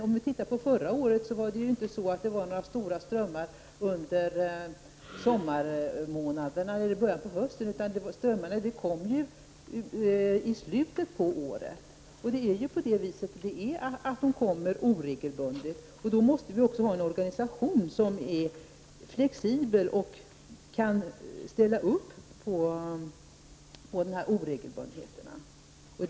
Om vi studerar situationen under förra året finner vi att det inte kom några stora strömmar under sommarmånaderna eller i början av hösten, utan strömmarna kom i slutet av året. Strömmarna kommer alltid oregelbundet. Vi måste därför ha en organisation som är flexibel och kan ställa upp på dessa oregelbundenheter.